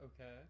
Okay